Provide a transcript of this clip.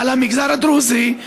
על המגזר הדרוזי,